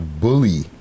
bully